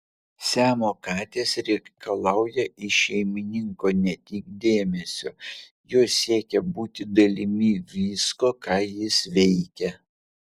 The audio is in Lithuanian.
siamo katės reikalauja iš šeimininko ne tik dėmesio jos siekia būti dalimi visko ką jis veikia